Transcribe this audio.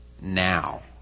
now